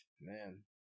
Man